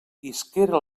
isquera